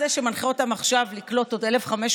אינו נוכח עודד פורר,